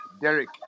Derek